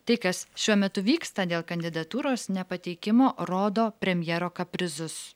tai kas šiuo metu vyksta dėl kandidatūros nepateikimo rodo premjero kaprizus